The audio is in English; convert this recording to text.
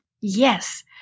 Yes